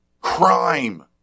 crime